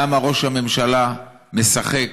למה ראש הממשלה משחק